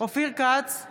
אופיר כץ, אינו נוכח חיים